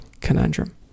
conundrum